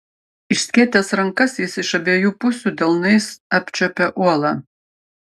išskėtęs rankas jis iš abiejų pusių delnais apčiuopė uolą